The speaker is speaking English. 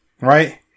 right